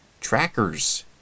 trackers